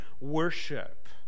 worship